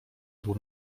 był